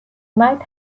might